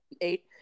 eight